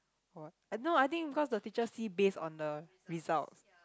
or what uh no I think because the teacher see based on the results